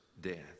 death